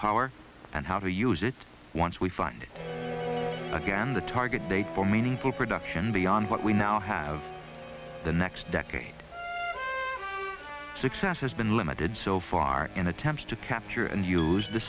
power and how to use it once we find again the target date for meaningful production beyond what we now have the next decade success has been limited so far in attempts to capture and use the